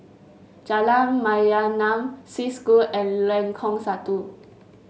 Jalan Mayaanam Swiss School and Lengkong Satu